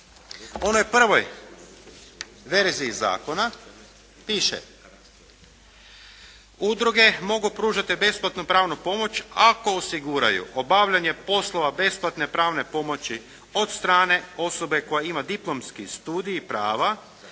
prvoj verziji zakona piše: "Udruge mogu pružati besplatnu pravnu pomoć ako osiguraju obavljanje poslova besplatne pravne pomoći od strane osobe koja ima diplomski studij prava,